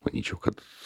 manyčiau kad